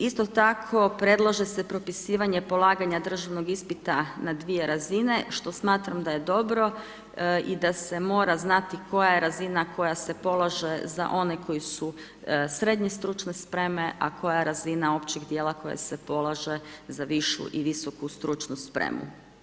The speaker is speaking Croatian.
Isto tako, predlože se pripisivanje polaganja državnog ispita, na 2 razine, što smatram da je dobro i da se mora znati koja je razina koja se polaže za one koji su srednje stručne spreme, a koja razina općeg dijela koja se polaže za višu i visoku stručnu spremu.